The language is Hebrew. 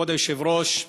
כבוד היושב-ראש,